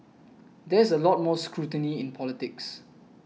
there is a lot more scrutiny in politics